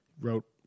wrote